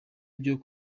byo